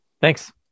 thanks